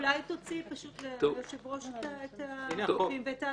אולי תוציאי ליושב ראש את החוקים ואת ההנחיה.